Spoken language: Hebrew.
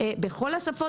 בכל השפות,